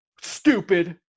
Stupid